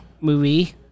movie